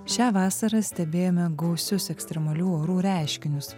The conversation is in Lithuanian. šią vasarą stebėjome gausius ekstremalių orų reiškinius